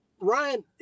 Ryan